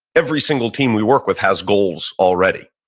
every single team we work with has goals already.